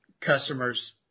customers